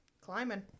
Climbing